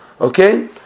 Okay